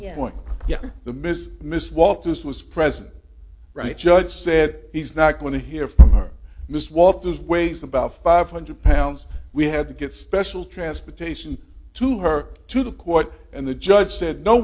the point yeah the miss miss walters was present right judge said he's not going to hear from her miss walters weighs about five hundred pounds we had to get special transportation to her to court and the judge said no